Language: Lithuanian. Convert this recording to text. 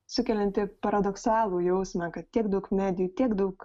sukelianti paradoksalų jausmą kad tiek daug medijų tiek daug